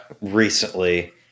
recently